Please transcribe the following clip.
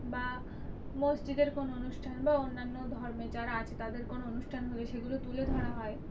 বা মসজিদের কোনো অনুষ্ঠান বা অন্যান্য ধর্মে যারা আছে তাদের কোনো অনুষ্ঠান হলে সেগুলো তুলে ধরা হয়